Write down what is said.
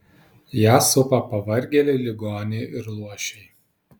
ją supa pavargėliai ligoniai ir luošiai